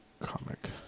Comic